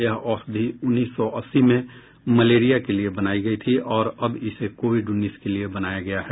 यह औषधि उन्नीस सौ अस्सी में मलेरिया के लिए बनाई गई थी और अब इसे कोविड उन्नीस के लिए बनाया गया है